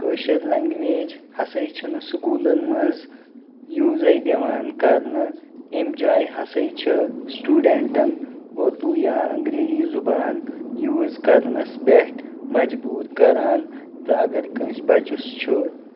کٲشِر language ہَسَے چھِنہٕ سکوٗلَن منٛز یوٗزَے دِوان کرنہٕ أمۍ جایہِ ہَسَے چھِ سُٹوٗڈَنٛٹَن اُردو یا انگریٖزی زبان یوٗز کرنَس پٮ۪ٹھ مجبوٗر کران تہٕ اگر کٲنٛسہِ بَچَس چھُ